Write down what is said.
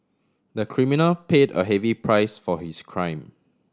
the criminal paid a heavy price for his crime